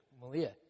Malia